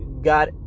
got